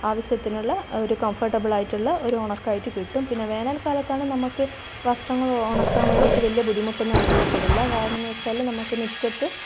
ആവശ്യത്തിനുള്ള ഒരു കംഫർട്ടബിളായിട്ടുള്ള ഒരു ഉണക്കമായിട്ട് കിട്ടും പിന്നെ വേനൽ കാലത്താണ് നമ്മൾക്ക് വസ്ത്രങ്ങൾ ഉണക്കാൻ വേണ്ടിയിട്ട് വലിയ ബുദ്ധിമുട്ടൊന്നും അനുഭവപ്പെടില്ല കാരണം എന്ന് വച്ചാൽ നമുക്ക് മുറ്റത്ത്